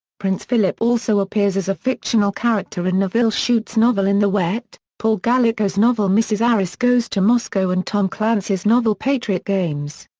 prince philip also appears as a fictional character in nevil shute's novel in the wet, paul gallico's novel mrs. arris goes to moscow and tom clancy's novel patriot games.